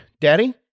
daddy